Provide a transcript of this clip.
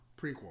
Prequel